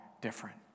different